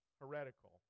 heretical